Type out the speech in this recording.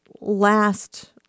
last